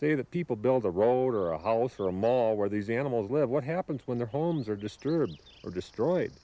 they that people build a road or a house or a mall where these animals live what happens when their homes are disturbed or destroyed